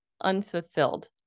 unfulfilled